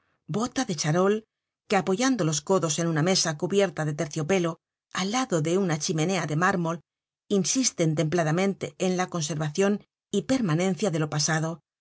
bota de charol que apoyando los codos en una mesa cubierta de terciopelo al lado de una chimenea de mármol insisten templadamente en la conservacion y permanencia de lo pasado